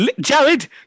Jared